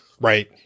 Right